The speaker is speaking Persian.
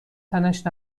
تنش